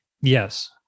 Yes